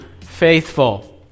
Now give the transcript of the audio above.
faithful